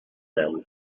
âme